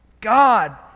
God